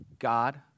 God